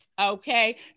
okay